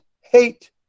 hate